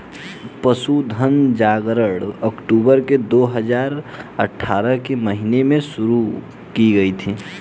पशुधन जनगणना अक्टूबर दो हजार अठारह के महीने के दौरान शुरू की गई थी